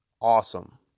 awesome